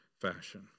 fashion